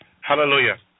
Hallelujah